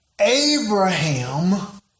Abraham